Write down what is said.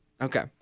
Okay